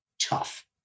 tough